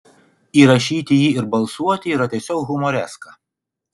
įrašyti jį ir balsuoti yra tiesiog humoreska